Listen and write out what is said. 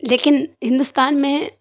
لیکن ہندوستان میں